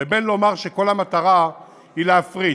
לבין לומר שכל המטרה היא להפריט.